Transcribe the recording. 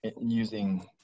using